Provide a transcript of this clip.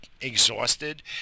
exhausted